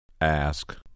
Ask